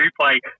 play